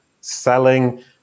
selling